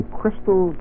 crystal